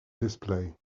display